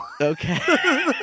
Okay